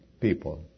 People